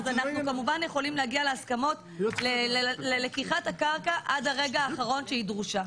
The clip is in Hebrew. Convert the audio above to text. אז אנחנו יכולים להגיע להסכמות ללקיחת הקרקע עד הרגע האחרון שהיא דרושה.